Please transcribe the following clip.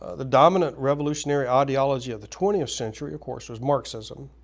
ah the dominant revolutionary ideology of the twentieth century, of course, was marxism